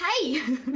Hey